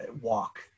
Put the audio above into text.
walk